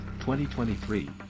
2023